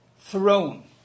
throne